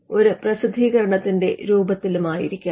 അത് ഒരു പ്രസിദ്ധീകരണത്തിന്റെ രുപത്തിലുമായിരിക്കാം